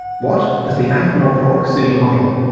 what is the ankh morpork city motto?